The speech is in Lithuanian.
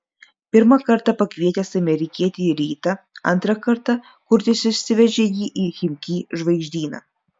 pirmą kartą pakvietęs amerikietį į rytą antrą kartą kurtis išsivežė jį į chimki žvaigždyną